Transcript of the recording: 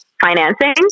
financing